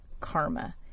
Karma